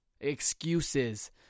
excuses